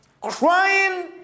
crying